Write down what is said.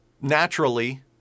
naturally